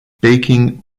baking